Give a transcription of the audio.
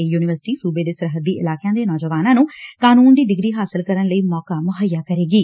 ਇਹ ਯੂਨੀਵਰਸਿਟੀ ਸੂਬੇ ਦੇ ਸਰਹੱਦੀ ਇਲਾਕਿਆਂ ਦੇ ਨੌਜਵਾਨਾਂ ਨੂੰ ਕਾਨੂੰਨ ਦੀ ਡਿਗਰੀ ਹਾਸਲ ਕਰਨ ਲਈ ਮੌਕਾ ਮੁਹੱਈਆ ਕਰਾਏਗੀ